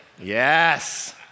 Yes